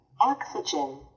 oxygen